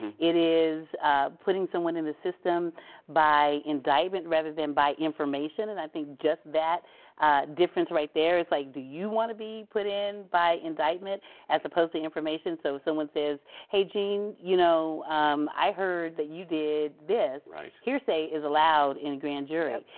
it is putting someone in the system by indictment rather than by information, and i think just that difference right there is like, do you want to be put in by indictment as opposed to information? so if someone says, hey, gene, you know um i heard that you did this, hearsay is allowed in a grand jury,